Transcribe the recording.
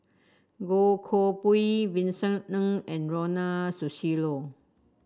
Goh Koh Pui Vincent Ng and Ronald Susilo